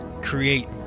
create